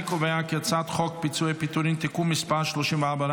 אני קובע כי הצעת חוק פיצויי פיטורים (תיקון מס' 34,